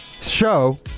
show